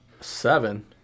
Seven